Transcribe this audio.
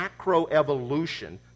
macroevolution